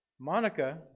Monica